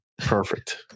perfect